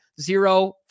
zero